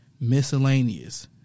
miscellaneous